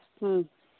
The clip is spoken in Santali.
ᱦᱮᱸ